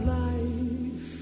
life